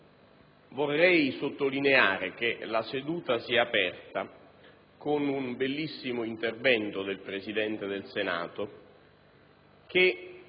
Vorrei sottolineare che la seduta si è aperta con un bellissimo intervento del Presidente del Senato, che